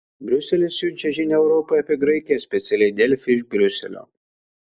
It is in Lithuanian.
briuselis siunčia žinią europai apie graikiją specialiai delfi iš briuselio